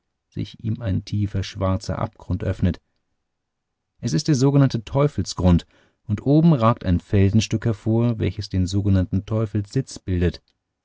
sich ihm ein tiefer schwarzer abgrund öffnet es ist der sogenannte teufelsgrund und oben ragt ein felsenstück hervor welches den sogenannten teufelssitz bildet